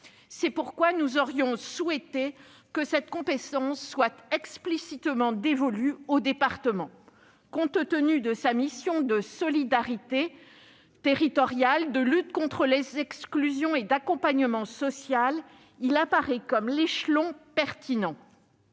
C'est pourquoi nous aurions souhaité qu'une telle compétence soit explicitement dévolue au département : compte tenu de sa mission de solidarité territoriale, de lutte contre les exclusions et d'accompagnement social, celui-ci apparaît comme l'échelon pertinent.